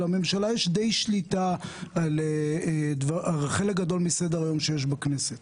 לממשלה יש דיי שליטה על חלק גדול מסדר-היום שיש בכנסת.